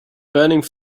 burning